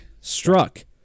Struck